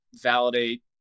validate